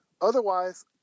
otherwise